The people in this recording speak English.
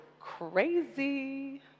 Crazy